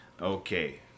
Okay